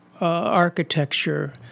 architecture